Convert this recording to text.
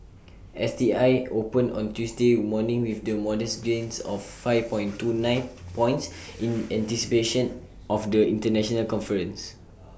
S T I opened on Tuesday morning with modest gains of five point two nine points in anticipation of the International conference